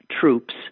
troops